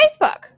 Facebook